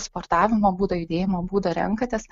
sportavimo būdą judėjimo būdą renkatės